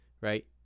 right